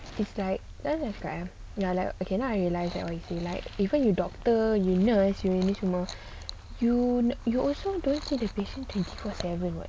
it's like macam mana nak cakap eh ya like okay now I realise that even you doctor you nurse as you ni cuma you you also don't treat the patient twenty four seven